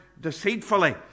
deceitfully